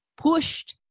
pushed